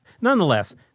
Nonetheless